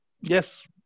Yes